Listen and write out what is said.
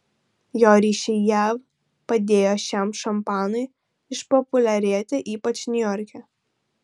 jo ryšiai jav padėjo šiam šampanui išpopuliarėti ypač niujorke